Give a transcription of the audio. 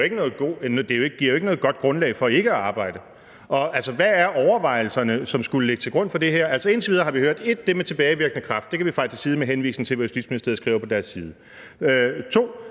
det giver jo ikke noget godt grundlag for ikke at arbejde. Hvad er overvejelserne, som skulle ligge til grund for det her? Indtil videre har vi for det første hørt det med den tilbagevirkende kraft – det kan vi feje til side med henvisning til, hvad Justitsministeriet skriver på deres